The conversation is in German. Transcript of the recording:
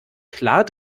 klar